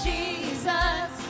Jesus